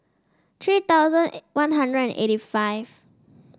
three thousand One Hundred and eighty five